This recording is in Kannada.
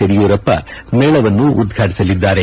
ಯಡಿಯೂರಪ್ಪ ಮೇಳವನ್ನು ಉದ್ವಾಟಿಸಲಿದ್ದಾರೆ